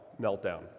meltdown